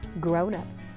Grown-ups